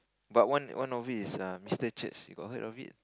but one one of it is err Mister Church you got heard of it